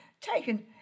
taken